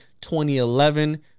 2011